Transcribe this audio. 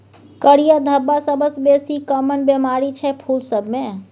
करिया धब्बा सबसँ बेसी काँमन बेमारी छै फुल सब मे